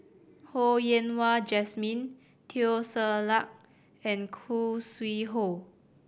Ho Yen Wah Jesmine Teo Ser Luck and Khoo Sui Hoe